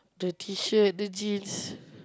the T-shirt the jeans